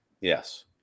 Yes